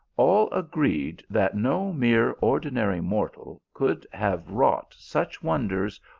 all agreed that no mere ordinary mortal could have wrought such wonders,